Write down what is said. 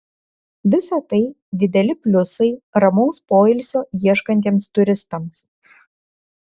visa tai dideli pliusai ramaus poilsio ieškantiems turistams